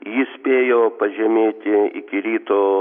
ji spėjo pažemėti iki ryto